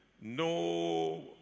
no